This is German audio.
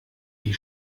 wie